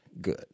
good